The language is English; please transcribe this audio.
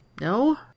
No